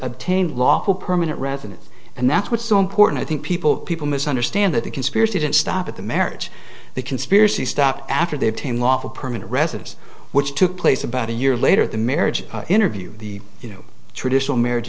lawful permanent residence and that's what's so important i think people people misunderstand that the conspiracy didn't stop at the marriage the conspiracy stopped after they attain lawful permanent residence which took place about a year later the marriage interview the you know traditional marriage